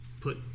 put